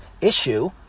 issue